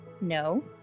No